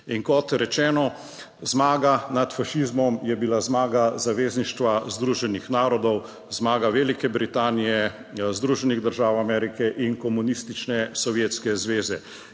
In kot rečeno, zmaga nad fašizmom je bila zmaga zavezništva Združenih narodov, zmaga Velike Britanije. Združenih držav Amerike in komunistične Sovjetske zveze